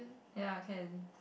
ya can